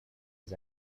his